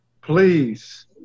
Please